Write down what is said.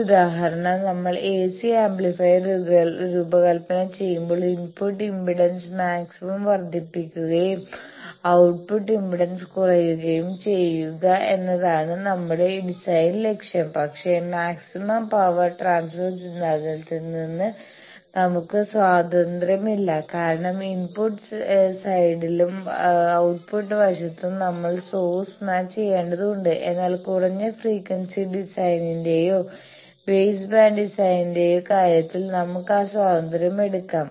ഒരു ഉദാഹരണം നമ്മൾ എസി ആംപ്ലിഫയർ രൂപകൽപ്പന ചെയ്യുമ്പോൾ ഇൻപുട്ട് ഇംപിഡൻസ് മാക്സിമം വർദ്ധിപ്പിക്കുകയും ഔട്ട്പുട്ട് ഇംപിഡൻസ് കുറയ്ക്കുകയും ചെയ്യുക എന്നതാണ് നമ്മളുടെ ഡിസൈൻ ലക്ഷ്യം പക്ഷേ മാക്സിമം പവർ ട്രാൻസ്ഫർ സിദ്ധാന്തത്തിൽ നിന്ന് നമുക്ക് സ്വാതന്ത്ര്യമില്ല കാരണം ഇൻപുട്ട് സൈഡിലും ഔട്ട്പുട്ട് വശത്തും നമ്മൾ സോഴ്സ് മാച്ച് ചെയേണ്ടതുണ്ട് എന്നാൽ കുറഞ്ഞ ഫ്രീക്വൻസി ഡിസൈനിന്റെയോ ബേസ് ബാൻഡ് ഡിസൈനിന്റെയോ കാര്യത്തിൽ നമുക്ക് ആ സ്വാതന്ത്ര്യം എടുക്കാം